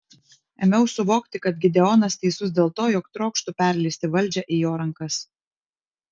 ėmiau suvokti kad gideonas teisus dėl to jog trokštu perleisti valdžią į jo rankas